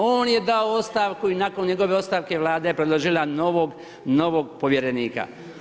On je dao ostavku i nakon njegove ostavke Vlada je predložila novog povjerenika.